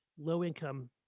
low-income